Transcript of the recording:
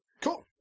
Cool